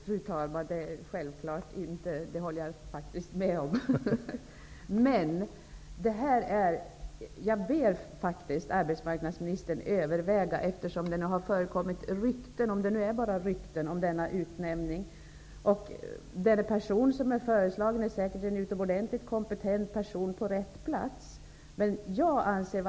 Fru talman! Självfallet är det så! Det håller jag med arbetsmarknadsministern om. Men eftersom det förekommit rykten om denna utnämning -- om det nu är bara rykten -- ber jag arbetsmarknadsministern att överväga, huruvida den person som är föreslagen -- säkerligen en utomordentligt kompetent person på rätt plats -- är kompetent att vara VD för AMU.